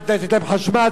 לתת להם חשמל,